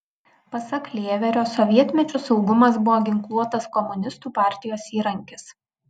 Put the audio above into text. pasak lėverio sovietmečiu saugumas buvo ginkluotas komunistų partijos įrankis